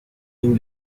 den